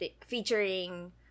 featuring